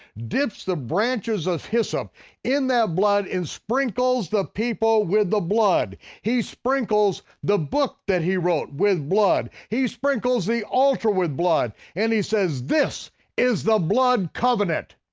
dips the branches of hyssop in that blood and sprinkles the people with the blood. he sprinkles the book that he wrote with blood. he sprinkles the altar with blood. and he says this is the blood covenant.